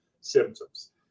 symptoms